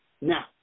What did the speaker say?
Now